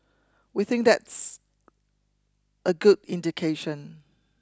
we think that's a good indication